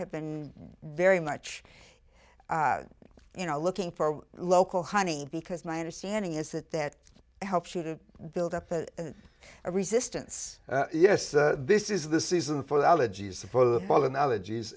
have been very much you know looking for a local honey because my understanding is that that helps you to build up a resistance yes this is the season for allergies for the pollen allergies